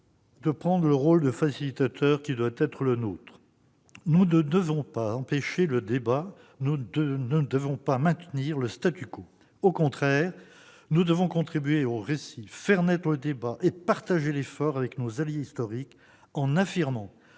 d'endosser le rôle de facilitateur qui doit être le nôtre ! Nous ne devons pas empêcher le débat ; nous ne devons pas maintenir le. Au contraire, nous devons contribuer au récit, faire naître la discussion et partager l'effort avec nos alliés historiques, en affirmant